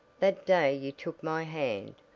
that day you took my hand,